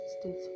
states